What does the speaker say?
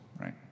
right